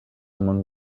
among